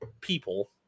people